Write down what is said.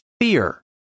fear